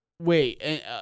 Wait